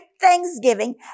thanksgiving